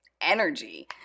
energy